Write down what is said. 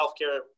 healthcare